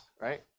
right